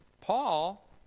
Paul